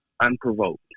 unprovoked